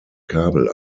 kabel